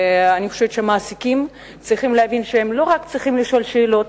ואני חושבת שהמעסיקים צריכים להבין שהם לא רק צריכים לשאול שאלות: